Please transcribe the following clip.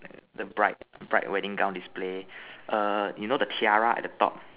the bright bright wedding gown display err you know the tiara at the top